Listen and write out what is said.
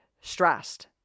stressed